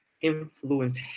influenced